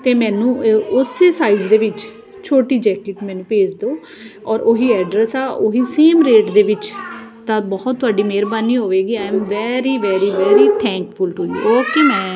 ਅਤੇ ਮੈਨੂੰ ਉਸ ਸਾਈਜ਼ ਦੇ ਵਿੱਚ ਛੋਟੀ ਜੈਕਟ ਮੈਨੂੰ ਭੇਜ ਦਿਓ ਔਰ ਉਹ ਹੀ ਐਡਰੈਸ ਆ ਉਹ ਹੀ ਸੇਮ ਰੇਟ ਦੇ ਵਿੱਚ ਤਾਂ ਬਹੁਤ ਤੁਹਾਡੀ ਮਿਹਰਬਾਨੀ ਹੋਵੇਗੀ I am very very very thankful to you okay ma'am